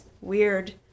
weird